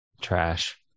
Trash